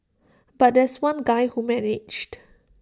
but there's one guy who managed